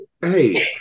hey